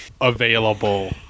available